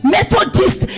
Methodist